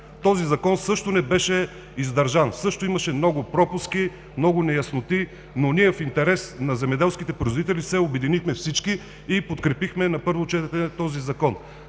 Този Закон също не беше издържан, също имаше много пропуски, много неясноти, но в интерес на земеделските производители всички се обединихме и подкрепихме на първо четене този Закон.